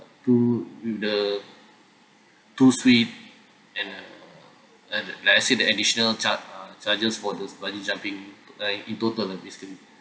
two the two suite and a and the like I said the additional char~ uh charges for this bungee jumping to uh in total ah basically